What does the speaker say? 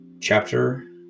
Chapter